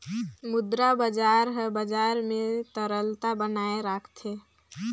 मुद्रा बजार हर बजार में तरलता बनाए राखथे